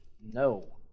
No